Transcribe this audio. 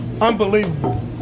Unbelievable